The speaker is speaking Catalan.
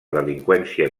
delinqüència